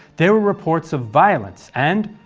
there were reports of violence and,